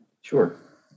Sure